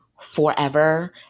forever